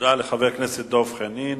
תודה לחבר הכנסת דב חנין.